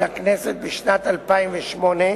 לכנסת בשנת 2008,